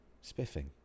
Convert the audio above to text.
spiffing